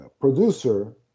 producer